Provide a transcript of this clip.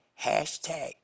Hashtag